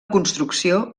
construcció